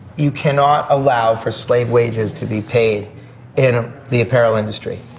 you cannot allow for slave wages to be paid in the apparel industry.